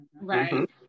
Right